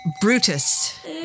Brutus